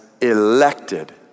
elected